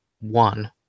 one